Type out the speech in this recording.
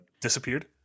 disappeared